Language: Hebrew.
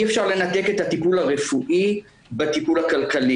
אי אפשר לנתק את הטיפול הרפואי בטיפול הכלכלי